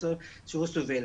למצוא שהוא סובל.